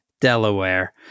Delaware